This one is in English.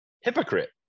Hypocrite